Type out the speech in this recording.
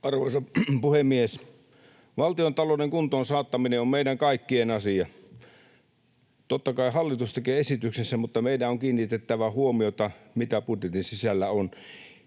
Arvoisa puhemies! Valtiontalouden kuntoon saattaminen on meidän kaikkien asia. Totta kai hallitus tekee esityksensä, mutta meidän on kiinnitettävä huomiota siihen, mitä budjetin sisällä on.